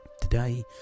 Today